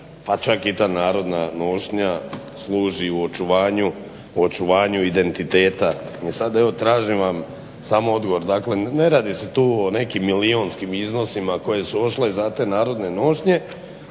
pa čak i ta narodna nošnja služi očuvanju identitete. Evo samo tražim vam samo odgovor, dakle ne radi se tu o nekim milijunskim iznosima koje su otišle za te narodne nošnje